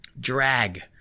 Drag